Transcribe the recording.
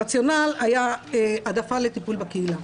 הרציונל היה העדפה לטיפול בקהילה.